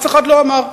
אף אחד לא אמר,